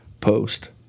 Post